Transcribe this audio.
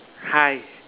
hi